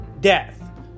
death